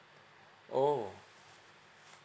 oh